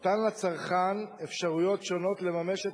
נתן לצרכן אפשרויות שונות לממש את